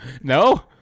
No